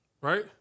right